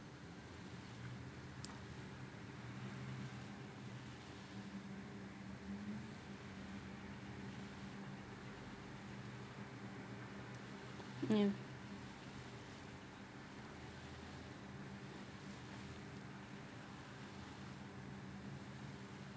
ya